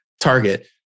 target